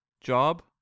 job